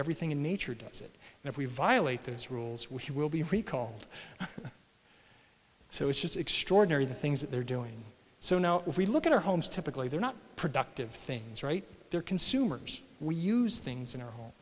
everything in nature does it and if we violate those rules which he will be recall so it's just extraordinary the things that they're doing so now if we look at our homes typically they're not productive things right they're consumers we use things in our home